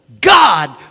God